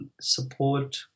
support